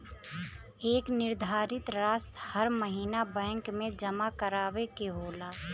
एक निर्धारित रासी हर महीना बैंक मे जमा करावे के होला